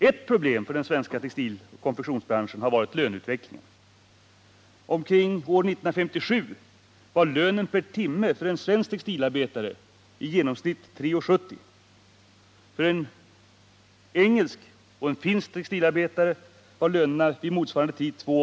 Ett problem för den svenska textiloch konfektionsbranschen har varit löneutvecklingen. Omkring år 1957 var lönen per timme för en svensk textilarbetare i genomsnitt 3:70 kr., för en engelsk 2:80 kr. och för en finsk 3:15 kr.